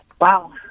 Wow